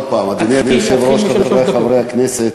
עוד הפעם, אדוני היושב-ראש, חברי חברי הכנסת,